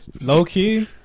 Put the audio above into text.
low-key